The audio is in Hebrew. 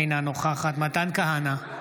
אינה נוכחת מתן כהנא,